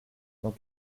dans